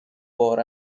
بار